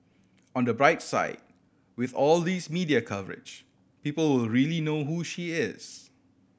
on the bright side with all these media coverage people will really know who she is